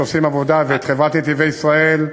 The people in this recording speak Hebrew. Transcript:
ואת חברת "נתיבי ישראל",